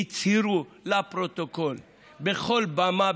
הצהירו לפרוטוקול בכל במה,